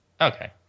Okay